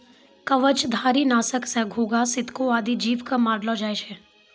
कवचधारी? नासक सँ घोघा, सितको आदि जीव क मारलो जाय छै